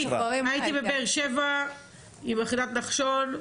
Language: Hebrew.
הייתי בבאר שבע עם יחידת נחשון.